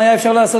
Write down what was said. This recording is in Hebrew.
הצעות